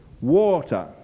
water